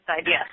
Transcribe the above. idea